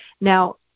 now